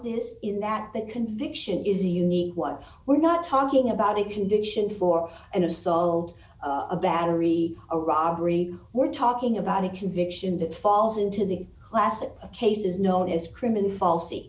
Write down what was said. this in that the conviction is a unique what we're not talking about a condition for an assault a battery a robbery we're talking about a conviction that falls into the classic cases known as criminal fal